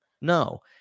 No